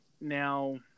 Now